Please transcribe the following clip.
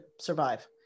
survive